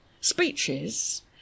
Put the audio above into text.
speeches